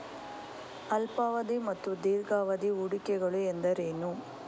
ಅಲ್ಪಾವಧಿ ಮತ್ತು ದೀರ್ಘಾವಧಿ ಹೂಡಿಕೆಗಳು ಎಂದರೇನು?